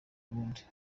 kuwundi